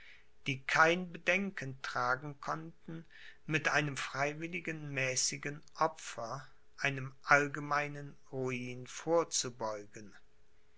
die kein bedenken tragen konnten mit einem freiwilligen mäßigen opfer einem allgemeinen ruin vorzubeugen